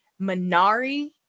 Minari